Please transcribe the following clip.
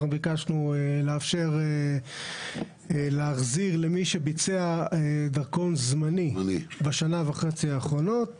אנחנו ביקשנו לאפשר להחזיר למי שביצע דרכון זמני בשנה וחצי האחרונות,